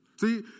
See